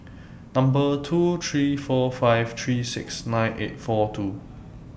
Number two three four five three six nine eight four two